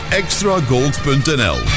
extragold.nl